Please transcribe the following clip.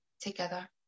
together